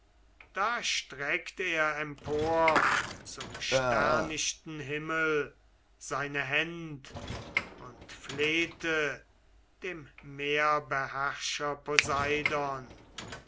da streckt er empor zum sternichten himmel seine händ und flehte dem meerbeherrscher